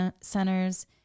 centers